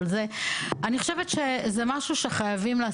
זה חשוב.